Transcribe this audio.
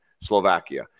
Slovakia